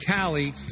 Callie